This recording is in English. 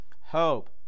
hope